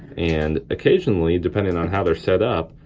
and occasionally depending on how they're set up,